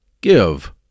give